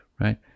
right